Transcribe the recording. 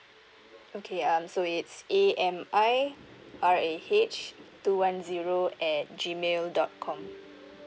okay um so it's a m i r a h two one zero at G mail dot com